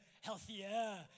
healthier